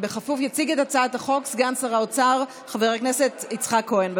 יציג את הצעת החוק סגן שר האוצר חבר הכנסת יצחק כהן.